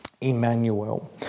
Emmanuel